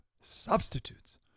substitutes